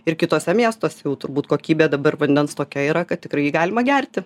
ir kituose miestuose jau turbūt kokybė dabar vandens tokia yra kad tikrai jį galima gerti